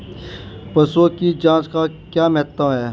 पशुओं की जांच का क्या महत्व है?